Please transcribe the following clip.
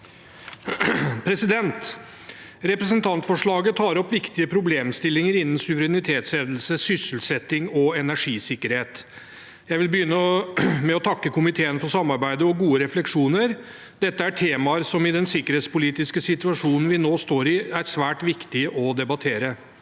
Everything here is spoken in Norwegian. sa- ken): Representantforslaget tar opp viktige problemstillinger innen suverenitetshevdelse, sysselsetting og energisikkerhet. Jeg vil begynne med å takke komiteen for samarbeidet og gode refleksjoner. Dette er temaer som det er svært viktig å debattere